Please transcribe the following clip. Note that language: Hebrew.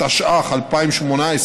התשע"ח 2018,